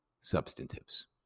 substantives